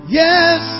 yes